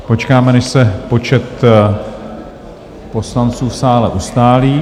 Počkáme, než se počet poslanců v sále ustálí...